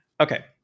Okay